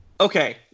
Okay